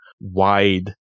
wide